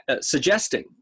suggesting